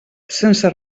sense